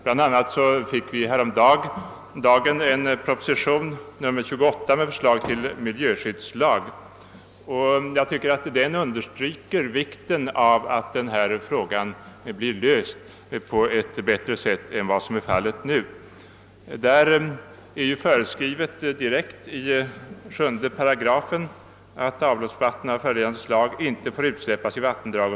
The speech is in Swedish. Sålunda fick vi häromdagen en proposition, nr 28, med förslag till miljöskyddslag, vilken jag tycker understryker vikten av att den fråga vi här diskuterar blir löst på ett bättre sätt än vad utskottsmajoriteten föreslår. I lagen föreskrivs i 7 § direkt att avloppsvatten av visst angivet slag inte får utsläppas i vattendrag.